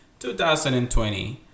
2020